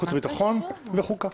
חוץ וביטחון וחוקה.